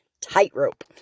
Tightrope